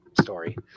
story